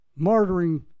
martyring